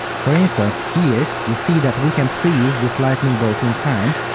for instance, here you see that we can freeze this lightning bolt in time,